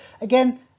again